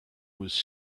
was